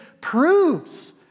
proves